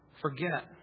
forget